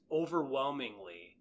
overwhelmingly